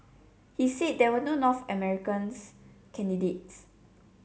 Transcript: he said there were no North Americans candidates